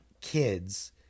kids